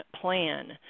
plan